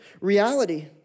reality